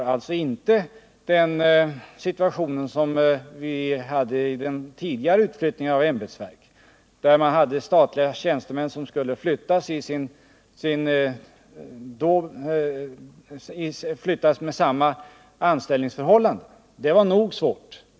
Man har inte den situation som vi hade vid den tidigare utflyttningen av ämbetsverk, där statstjänstemän skulle flyttas med oförändrade anställningsförhållanden. Det var svårt nog.